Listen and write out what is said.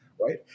right